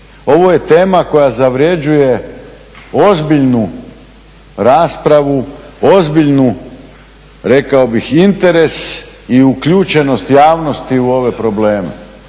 Ovo je tema koja zavređuje ozbiljnu raspravu, ozbiljnu rekao bih interes i uključenost javnosti u ove probleme.